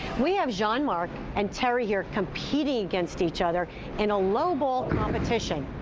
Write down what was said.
we have john mark and terry here competing against each other in a low ball competition.